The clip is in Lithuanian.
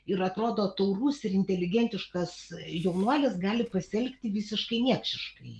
ir atrodo taurus ir inteligentiškas jaunuolis gali pasielgti visiškai niekšiškai